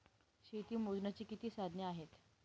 शेती मोजण्याची किती साधने आहेत?